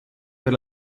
per